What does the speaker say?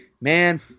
man